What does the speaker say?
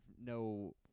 no